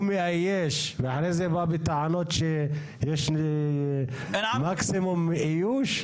הוא מאייש ואחרי זה בא בטענות שיש מקסימום איוש?